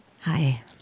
Hi